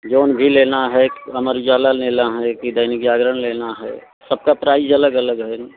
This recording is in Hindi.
जो भी लेना है अमर ऊजाला लेना है कि दैनिक जागरण लेना है सबका प्राइस अलग अलग हैं